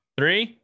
Three